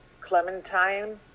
Clementine